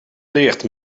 leert